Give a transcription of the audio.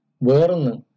Burn